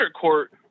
court